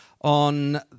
on